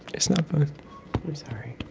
it's not fun i'm sorry